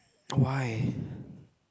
why